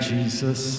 Jesus